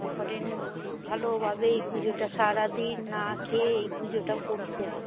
তারপরে ভালোভাবে এই পুজোটা সারা দিন না খেয়ে এই পুজোটা করতে হয়